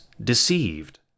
deceived